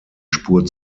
spur